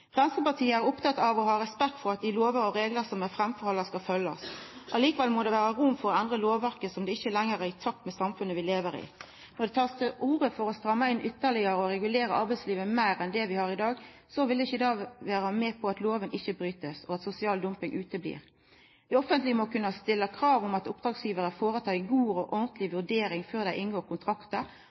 er oppteke av og har respekt for at dei lovane og reglane som er framforhandla, skal følgjast. Likevel må det vera rom for å endra lovverk som ikkje lenger er i takt med det samfunnet som vi lever i. Når det blir teke til orde for å stramma inn ytterlegare og regulera arbeidslivet meir enn det vi gjer i dag, vil ikkje det vera med til at loven ikkje blir broten, og at sosial dumping ikkje skjer. Det offentlege må kunna stilla krav om at oppdragsgjevarar føretek ei god og ordentleg vurdering før dei inngår kontraktar,